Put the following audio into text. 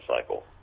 cycle